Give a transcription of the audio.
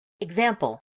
Example